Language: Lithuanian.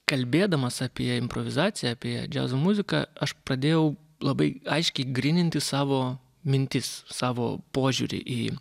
kalbėdamas apie improvizaciją apie džiazo muziką aš pradėjau labai aiškiai gryninti savo mintis savo požiūrį į